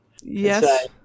Yes